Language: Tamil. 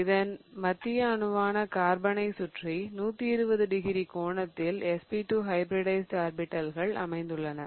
இதன் மத்திய அணுவான கார்பனை சுற்றி 120 டிகிரி கோணத்தில் sp2 ஹைபிரிடைஸிட் ஆர்பிடல்கள் அமைந்துள்ளன